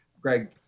Greg